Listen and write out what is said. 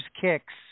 kicks